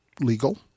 legal